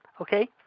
okay